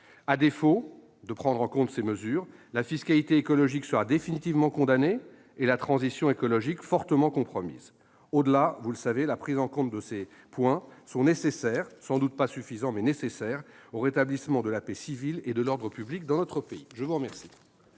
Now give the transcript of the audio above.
À défaut de prendre ces mesures, la fiscalité écologique sera définitivement condamnée, et la transition écologique fortement compromise. Au-delà, la prise en compte de ces différents points, même si elle n'est sans doute pas suffisante, est nécessaire au rétablissement de la paix civile et de l'ordre public dans notre pays. Très bien